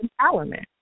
empowerment